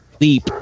leap